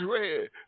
red